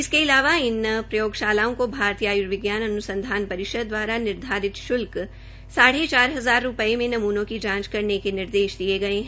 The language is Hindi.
इसके अलावा इन प्रयोगशालाओं को भारतीय आय्र्विज्ञान अनुसंधान परिषद द्वारा निर्धारित शुल्क नमूनों की जांच करने के निर्देश दिये गये है